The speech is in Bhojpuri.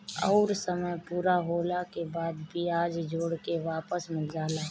अउर समय पूरा होला के बाद बियाज जोड़ के वापस मिल जाला